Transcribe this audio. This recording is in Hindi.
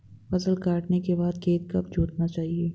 फसल काटने के बाद खेत कब जोतना चाहिये?